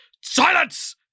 silence